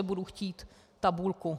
Budu chtít tabulku.